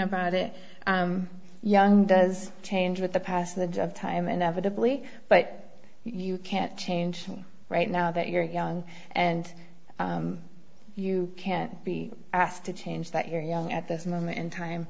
about it young does change with the passage of time and evidently but you can't change right now that you're young and you can't be asked to change that you're young at this moment in time